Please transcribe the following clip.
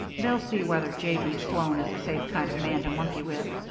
they'll see whether j. b. sloan is a safe kind of man to monkey with.